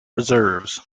reserves